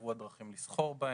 והוסדרו הדרכים לסחור בהם.